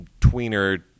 tweener